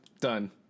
done